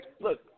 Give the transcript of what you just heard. Look